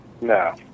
No